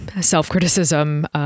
self-criticism